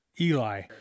Eli